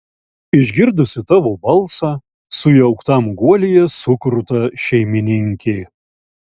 išgirdusi tavo balsą sujauktam guolyje sukruta šeimininkė